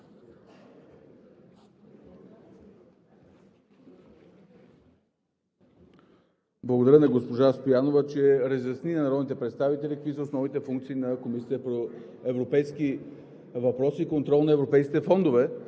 Благодаря на госпожа Стоянова, че разясни на народните представители какви са основните функции на Комисията по европейските въпроси и контрол на европейските фондове.